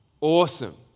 Awesome